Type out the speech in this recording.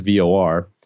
VOR